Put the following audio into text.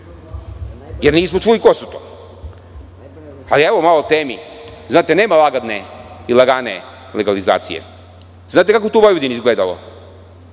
jer nismo čuli ko su to. Evo, malo o temi. Znate, nema lagodne i lagane legalizacije. Znate kako je to u Vojvodin izgledalo?